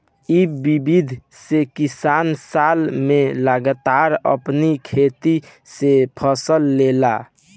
इ विधि से किसान साल में लगातार अपनी खेते से फसल लेला